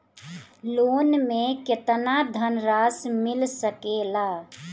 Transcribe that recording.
Loan मे केतना धनराशी मिल सकेला?